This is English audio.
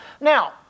Now